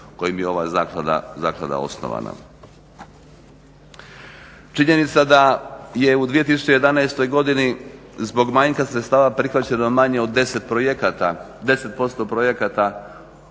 kojim je ova Zaklada osnovana. Činjenica da je u 2011.godini zbog manjka sredstava prihvaćeno manje od 10% projekata